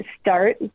start